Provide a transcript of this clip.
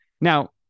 Now